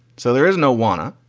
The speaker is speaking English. so there is no wana.